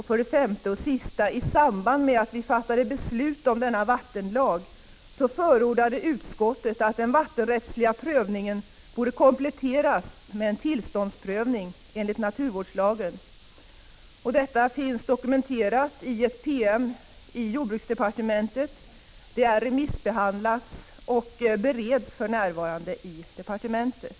5. I samband med att vi fattade beslut om denna vattenlags tillkomst förordade utskottet att den vattenrättsliga prövningen borde kompletteras med en tillståndsprövning enligt naturvårdslagen. Detta finns dokumenterat i en PM i jordbruksdepartementet, som är remissbehandlad och för närvarande bereds i departementet.